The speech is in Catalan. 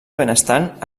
benestant